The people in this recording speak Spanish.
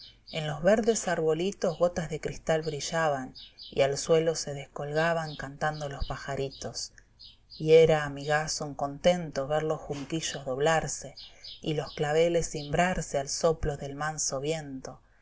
en los verdes arbolitos gotas de cristal brillaban y al suelo se descolgaban cantando los pajaritos y era amigaso un contento ver los junquillos doblarse y los claveles cimbrarse al soplo del manso viento